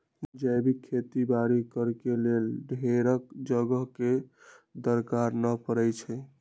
जैविक खेती बाड़ी करेके लेल ढेरेक जगह के दरकार न पड़इ छइ